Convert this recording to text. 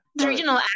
original